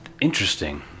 Interesting